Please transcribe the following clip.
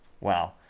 wow